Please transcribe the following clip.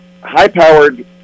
high-powered